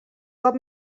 cop